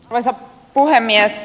arvoisa puhemies